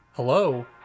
Hello